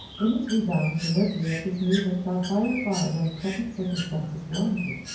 in its rebound the mercury of his mood had shot higher far than present circumstances warranted.